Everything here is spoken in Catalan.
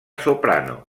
soprano